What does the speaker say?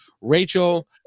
rachel